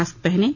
mask पहनें